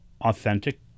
authentic